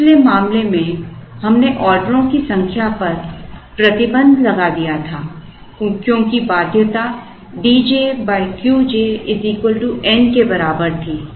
पिछले मामले में हमने ऑर्डरों की संख्या पर प्रतिबंध लगा दिया था क्योंकि बाध्यता Dj Qj n के बराबर थी